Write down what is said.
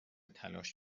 تلاش